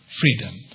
freedom